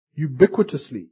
ubiquitously